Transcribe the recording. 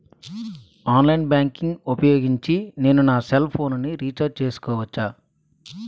Online banking ఊపోయోగించి నేను నా సెల్ ఫోను ని రీఛార్జ్ చేసుకోవచ్చా?